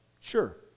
sure